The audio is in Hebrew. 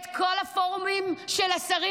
את כל הפורומים של השרים,